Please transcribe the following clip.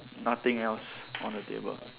nothing else on the table